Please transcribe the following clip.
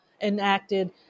enacted